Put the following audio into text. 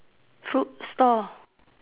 fruit store